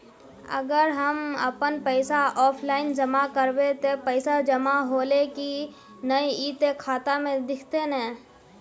अगर हम अपन पैसा ऑफलाइन जमा करबे ते पैसा जमा होले की नय इ ते खाता में दिखते ने?